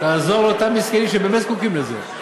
תעזור לאותם מסכנים שבאמת זקוקים לזה.